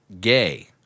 gay